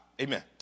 Amen